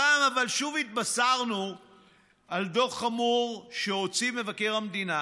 הפעם שוב התבשרנו על דוח חמור שהוציא מבקר המדינה